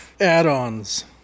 Add-ons